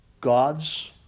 God's